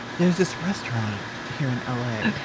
there's this restaurant here in l a.